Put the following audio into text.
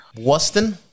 Boston